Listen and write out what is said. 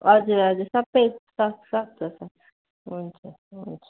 हजुर हजुर सबै सक्छ सक्छ हुन्छ हुन्छ